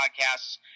Podcasts